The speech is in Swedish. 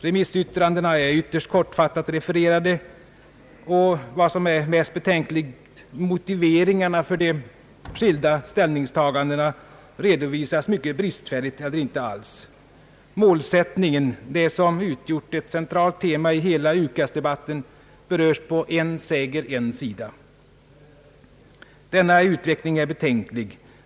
Remissyttrandena är ytterst kortfattat refererade och — vad som är mest betänkligt — motiveringarna för de skilda ställningstagandena redovisas mycket bristfälligt eller inte alls. Målsättningen — det som utgjort ett centralt tema i hela UKAS debatten — berörs på en säger en sida. Denna utveckling är betänklig.